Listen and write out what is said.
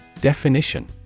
Definition